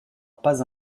pas